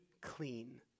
clean